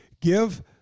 Give